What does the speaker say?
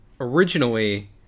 originally